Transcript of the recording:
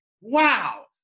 wow